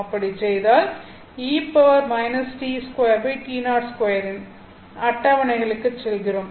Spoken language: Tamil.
அப்படி செய்தால் இன் அட்டவணைகளுக்குச் செல்கிறோம்